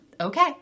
Okay